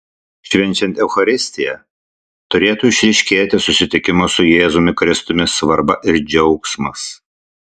švenčiant eucharistiją turėtų išryškėti susitikimo su jėzumi kristumi svarba ir džiaugsmas